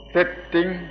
Setting